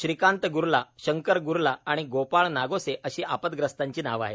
श्रीकांत ग्र्ला शंकर ग्र्ला व गोपाल नागोसे अशी आपद्ग्रस्तांची नावे आहेत